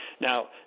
Now